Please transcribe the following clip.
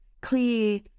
clear